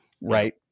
Right